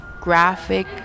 graphic